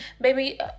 baby